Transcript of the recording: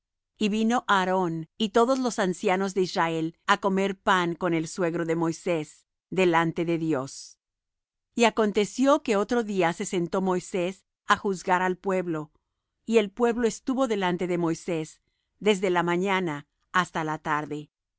y vino aarón y todos los ancianos de israel á comer pan con el suegro de moisés delante de dios y aconteció que otro día se sentó moisés á juzgar al pueblo y el pueblo estuvo delante de moisés desde la mañana hasta la tarde